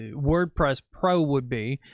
ah wordpress pro would be.